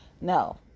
No